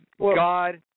God